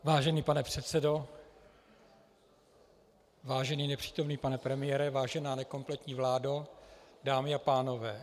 Vážený pane předsedo, vážený nepřítomný pane premiére, vážená nekompletní vládo, dámy a pánové.